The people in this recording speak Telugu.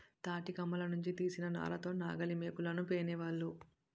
తాటికమ్మల నుంచి తీసిన నార తో నాగలిమోకులను పేనేవాళ్ళు